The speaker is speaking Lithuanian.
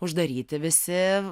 uždaryti visi